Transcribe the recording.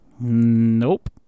Nope